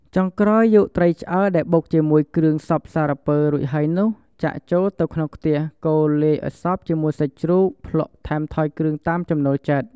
ចុងក្រោយយកត្រីឆ្អើរដែលបុកជាមួយគ្រឿងសព្វសារពើរួចហើយនោះ ចាក់ចូលទៅក្នុងខ្ទះ កូរលាយឱ្យសព្វជាមួយសាច់ជ្រូក ភ្លក្សថែមថយគ្រឿងតាមចំណូលចិត្ត។